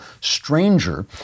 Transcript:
stranger